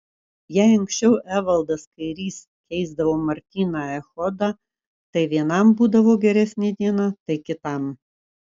jei anksčiau evaldas kairys keisdavo martyną echodą tai vienam būdavo geresnė diena tai kitam